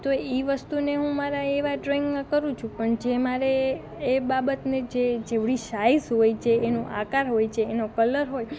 તો એ વસ્તુને હું મારાં એવાં ડ્રોઇંગમાં કરું છું પણ જે મારે એ બાબતને જે જેવડી શાઇઝ હોય જે એનો આકાર હોય જે એનો કલર હોય